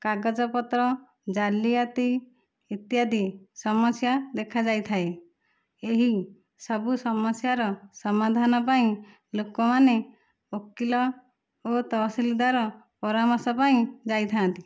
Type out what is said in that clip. କାଗଜପତ୍ର ଜାଲିଆତି ଇତ୍ୟାଦି ସମସ୍ୟା ଦେଖାଯାଇଥାଏ ଏହି ସବୁ ସମସ୍ୟାର ସମାଧାନ ପାଇଁ ଲୋକମାନେ ଓକିଲ ଓ ତହସିଲଦାର ପରାମର୍ଶ ପାଇଁ ଯାଇଥାନ୍ତି